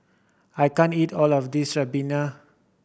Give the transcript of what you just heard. I can't eat all of this ribena